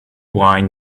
wine